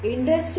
industry ೪